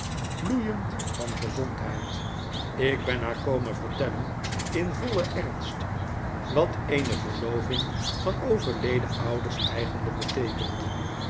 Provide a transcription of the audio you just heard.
bloeiend van gezondheid ik ben haar komen vertellen in vollen ernst wat eene verloving van overleden ouders eigenlyk beteekent